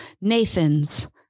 Nathans